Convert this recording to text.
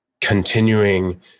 continuing